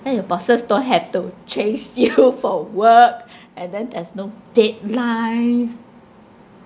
then your bosses don't have to chase you for work and then there's no deadlines